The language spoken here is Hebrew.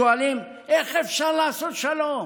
שואלים: איך אפשר לעשות שלום?